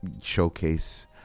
showcase